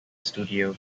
studio